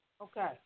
Okay